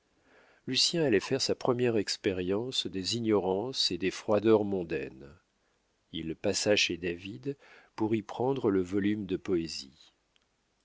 lucien allait faire sa première expérience des ignorances et des froideurs mondaines il passa chez david pour y prendre le volume de poésie